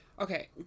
okay